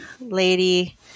lady